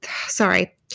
sorry